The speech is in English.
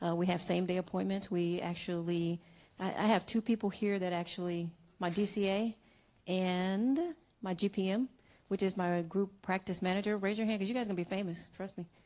ah we have same-day appointments. we actually i have two people here that actually my dca and my gpm which is my group practice manager, raise your hand cuz you guys gonna be famous, trust me.